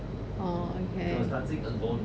orh okay